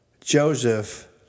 Joseph